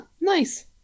nice